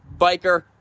Biker